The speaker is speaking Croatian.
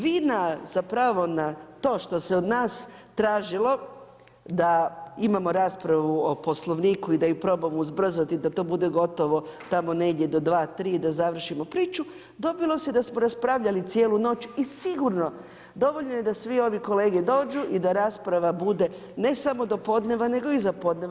Vi zapravo na to što se od nas tražilo da imamo raspravu o Poslovniku i da je probamo ubrzati, da to bude gotovo tamo negdje do dva, tri, da završimo priču dobilo se da smo raspravljali cijelu noć i sigurno dovoljno je da svi ovi kolege dođu i da rasprava bude ne samo do podneva, nego i iza podneva.